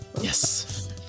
Yes